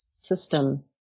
system